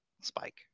spike